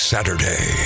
Saturday